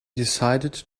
decided